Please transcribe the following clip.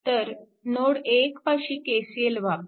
तर नोड 1 पाशी KCL वापरा